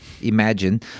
imagine